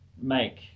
make